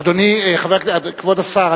אדוני כבוד השר,